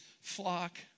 flock